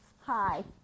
Hi